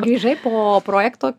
grįžai po projekto